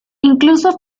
incluso